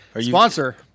Sponsor